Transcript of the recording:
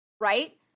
right